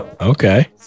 okay